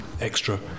extra